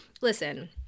listen